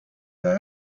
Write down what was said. that